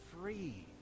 free